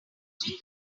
three